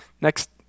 Next